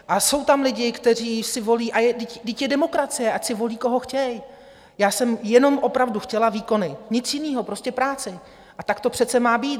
A jsou tam lidi, kteří si volí vždyť je demokracie ať si volí, koho chtějí, já jsem jenom opravdu chtěla výkony, nic jiného, prostě práci, a tak to přece má být.